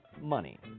money